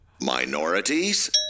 minorities